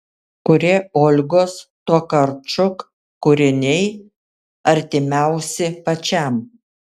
kurie olgos tokarčuk kūriniai artimiausi pačiam